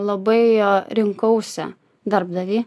labai rinkausi darbdavį